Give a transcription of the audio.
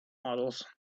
models